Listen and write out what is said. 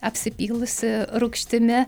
apsipylusi rūgštimi